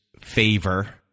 favor